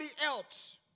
else